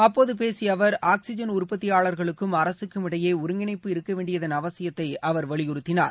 அப்போது பேசிய அவர் ஆக்ஸிஜன் உற்பத்தியாளர்களுக்கும் அரசுக்கும் இடையே ஒருங்கிணைப்பு இருக்க வேண்டியதன் அவசியத்தை வலியுறுத்தினார்